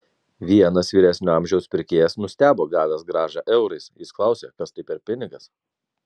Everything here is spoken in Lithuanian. vienas vyresnio amžiaus pirkėjas nustebo gavęs grąžą eurais jis klausė kas tai per pinigas